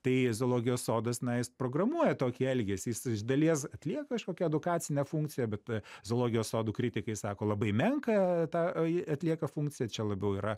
tai zoologijos sodas na jis programuoja tokį elgesį jis iš dalies atlie kažkokią edukacinę funkciją bet zoologijos sodų kritikai sako labai menką tą ji atlieka funkciją čia labiau yra